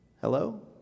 Hello